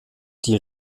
die